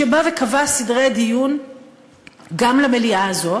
שבא וקבע סדרי דיון גם למליאה הזאת.